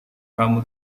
kamu